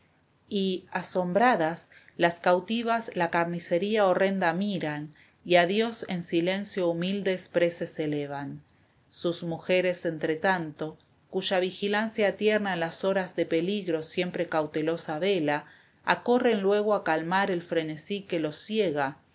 y asombradas las cautivas la carnicería horrenda miran y a dios en silencio humildes preces elevan sus mujeres entretanto cuya vigilancia tierna en las horas del peligro siempre cautelosa vela acorren luego a calmar el frenesí que los ciega